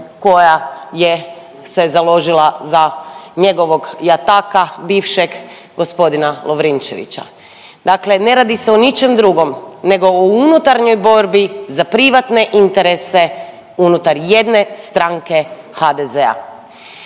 koja je se založila za njegovog jataka bivšeg g. Lovrinčevića. Dakle, ne radi se o ničem drugom nego o unutarnjoj borbi za privatne interese unutar jedne stranke HDZ-a.